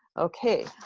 okay.